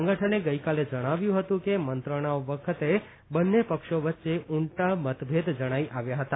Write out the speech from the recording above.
સંગઠને ગઇકાલે જણાવ્યું હતું કે મંત્રણાઓ વખતે બંને પક્ષો વચ્ચે ઉંડા મતભેદ જણાઇ આવ્યા ફતા